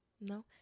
No